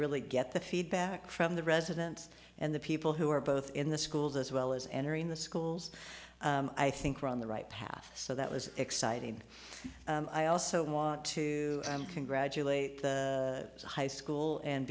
really get the feedback from the residents and the people who are both in the schools as well as entering the schools i think we're on the right path so that was exciting i also want to congratulate the high school and